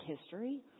history